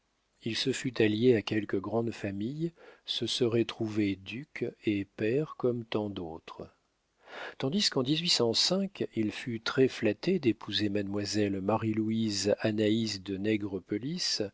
il se fût allié à quelque grande famille se serait trouvé duc et pair comme tant d'autres tandis quen il fut très flatté d'épouser mademoiselle marie louise anaïs de